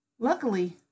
Luckily